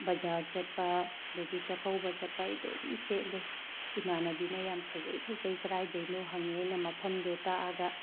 ꯕꯖꯥꯔ ꯆꯠꯄ ꯑꯗꯒꯤ ꯆꯥꯛꯀꯧꯕ ꯆꯠꯄ ꯑꯩ ꯑꯗꯨꯝ ꯁꯦꯠꯂꯦ ꯏꯃꯥꯟꯅꯕꯤꯅ ꯌꯥꯝ ꯐꯖꯩ ꯐꯖꯩ ꯀꯗꯥꯏꯗꯩꯅꯣ ꯍꯪꯉꯤ ꯑꯩꯅ ꯃꯐꯝꯗꯣ ꯇꯥꯛꯑꯒ